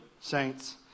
saints